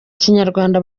kinyarwanda